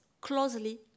closely